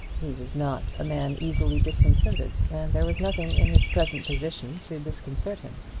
he was not a man easily disconcerted, and there was nothing in his present position to disconcert him.